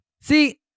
See